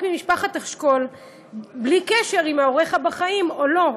ממשפחת השכול בלי קשר אם הוריך בחיים או לא,